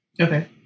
Okay